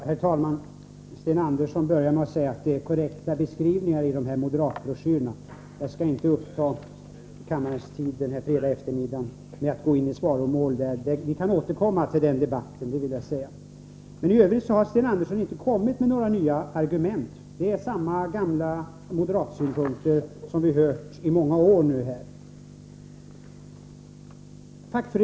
Herr talman! Sten Andersson i Malmö börjar med att säga att det är korrekta beskrivningar i de här moderatbroschyrerna. Jag skall inte uppta kammarens tid denna fredagseftermiddag med att gå i svaromål. Vi kan återkomma till den debatten. Men i övrigt har Sten Andersson inte kommit med några nya argument. Det är samma gamla moderatsynpunkter som vi hört i många år nu.